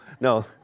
No